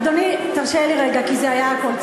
אדוני, תרשה לי רגע, כי היו צעקות.